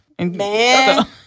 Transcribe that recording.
Man